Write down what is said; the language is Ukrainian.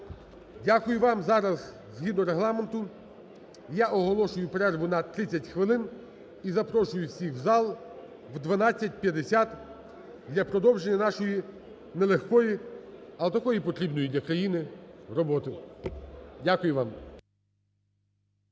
Дякую вам. Зараз згідно Регламенту я оголошую перерву на 30 хвилин і запрошую всіх в зал о 12:50 для продовження нашої нелегкої, але такої потрібної для країни роботи. Дякую вам.